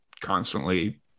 constantly